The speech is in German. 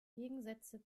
gegensätze